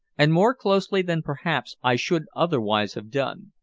and more closely than perhaps i should otherwise have done.